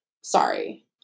Sorry